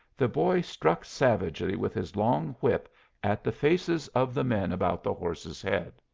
the boy struck savagely with his long whip at the faces of the men about the horse's head.